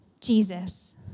Jesus